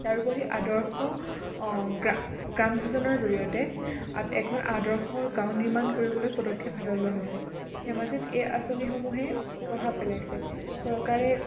তাৰোপৰি আদৰ্শ অঁ গ্ৰাম গ্ৰাম যোজনাৰ জৰিয়তে এখন আদৰ্শ গাঁও নিৰ্মাণ কৰিবলৈ পদক্ষেপ লোৱা হৈছে ধেমাজিত এই আঁচনিসমুহে প্ৰভাৱ পেলাইছে চৰকাৰে